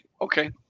okay